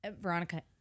Veronica